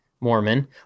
Mormon